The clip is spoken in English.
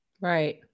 Right